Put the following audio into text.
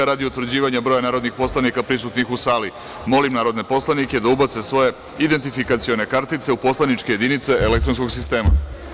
Radi utvrđivanja broja narodnih poslanika prisutnih u sali, molim narodne poslanike da ubace svoje kartice u poslaničke jedinice elektronskog sistema.